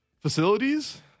facilities